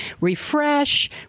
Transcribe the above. refresh